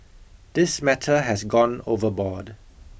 this matter has gone overboard